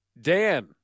Dan